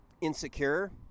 insecure